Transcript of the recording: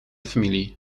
familie